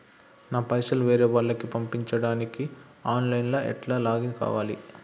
నా పైసల్ వేరే వాళ్లకి పంపడానికి ఆన్ లైన్ లా ఎట్ల లాగిన్ కావాలి?